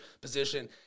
position